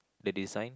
the design